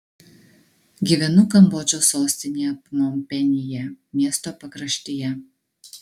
gyvenu kambodžos sostinėje pnompenyje miesto pakraštyje